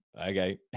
Okay